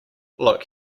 look